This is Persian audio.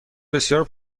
بسیار